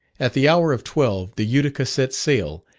at the hour of twelve the utica set sail,